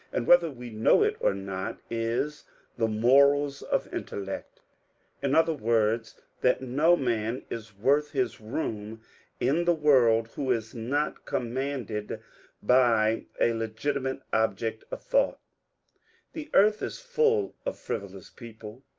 and whether we know it or not, is the morals of intellect in other words, that no man is worth his room in the world who is not com manded by a legitimate object of thought the earth is full of frivolous people,